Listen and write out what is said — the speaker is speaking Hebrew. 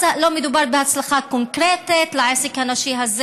אז לא מדובר בהצלחה קונקרטית לעסק הנשי הזה